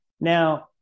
Now